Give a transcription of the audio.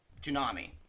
Tsunami